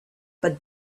but